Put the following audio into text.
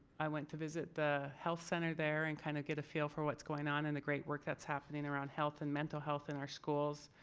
i went to visit the health center there and kind of get a feel for what's going on and the great work that's happening around health and mental health in our schools.